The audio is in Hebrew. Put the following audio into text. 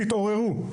תתעוררו.